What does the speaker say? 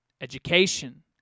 education